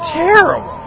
terrible